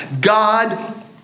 God